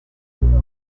europa